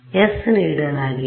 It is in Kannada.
s ನೀಡಲಾಗಿದೆ